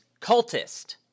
Cultist